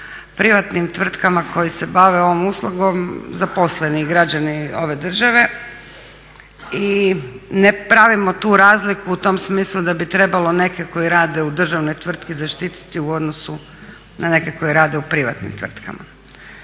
privatnim tvrtkama koji se bave ovom uslugom zaposleni građani ove države i ne pravimo tu razliku u tom smislu da bi trebalo neke koji rade u državnoj tvrtki zaštititi u odnosu na neke koji rade u privatnim tvrtkama.